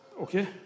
Okay